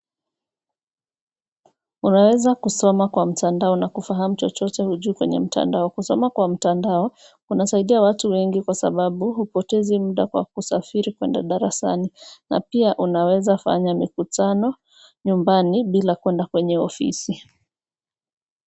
Unaweza kusoma kwa mtandao na kufahamu chochote hujui kwenye mtadao. Kusoma kwa mtando kunasaidia watu wengi kwasababu hupotezi muda kwa kusafiri kuenda darasani na pia unaweza fanya mikutano nyumbani bila kuenda kwenye ofisi.